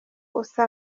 usa